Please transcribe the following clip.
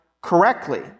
correctly